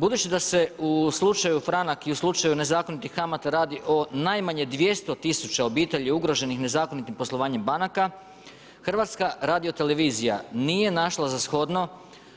Budući da se u slučaju franak i u slučaju nezakonitih kamata radi o najmanje 200 000 obitelji ugroženih nezakonitim poslovanjem banaka Hrvatska radiotelevizija nije našla za shodno